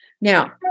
Now